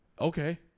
Okay